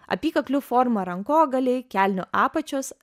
apykaklių forma rankogaliai kelnių apačios